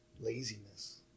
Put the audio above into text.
laziness